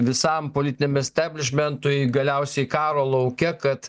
visam politiniam isteblišmentui galiausiai karo lauke kad